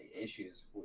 issues